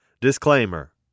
Disclaimer